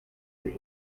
grief